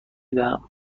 دهم